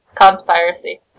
Conspiracy